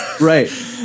Right